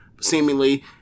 seemingly